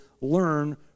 learn